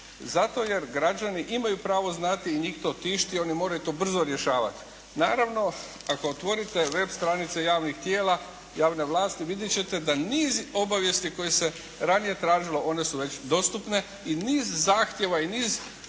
Zato jer građani imaju pravo znati i njih to tišti, oni moraju to brzo rješavati. Naravno ako otvorite web stranice javnih tijela, javne vlasti, vidjeti ćete da niz obavijesti koje se ranije tražilo one su već dostupne i niz zahtjeva i niz